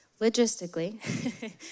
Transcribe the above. Logistically